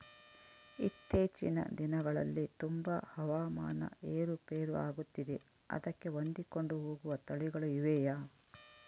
ಇತ್ತೇಚಿನ ದಿನಗಳಲ್ಲಿ ತುಂಬಾ ಹವಾಮಾನ ಏರು ಪೇರು ಆಗುತ್ತಿದೆ ಅದಕ್ಕೆ ಹೊಂದಿಕೊಂಡು ಹೋಗುವ ತಳಿಗಳು ಇವೆಯಾ?